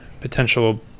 potential